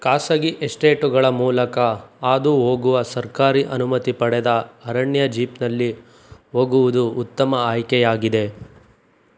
ಖಾಸಗಿ ಎಸ್ಟೇಟುಗಳ ಮೂಲಕ ಹಾದು ಹೋಗುವ ಸರ್ಕಾರಿ ಅನುಮತಿ ಪಡೆದ ಅರಣ್ಯ ಜೀಪ್ನಲ್ಲಿ ಹೋಗುವುದು ಉತ್ತಮ ಆಯ್ಕೆಯಾಗಿದೆ